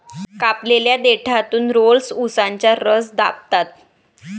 कापलेल्या देठातून रोलर्स उसाचा रस दाबतात